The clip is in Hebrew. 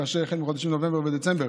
כאשר החל מחודש נובמבר ודצמבר